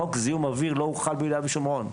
חוק זיהום אוויר לא הוחל ביהודה ושומרון.